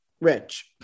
Rich